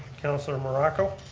councilor morocco.